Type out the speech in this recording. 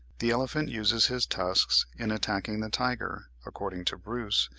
the elephant uses his tusks in attacking the tiger according to bruce,